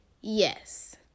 yes